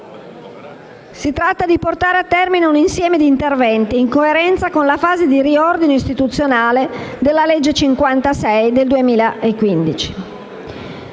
Si tratta di portare a termine un insieme di interventi in coerenza con la fase di riordino istituzionale determinato dalla legge n. 56 del 2015.